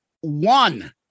one